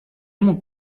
mógł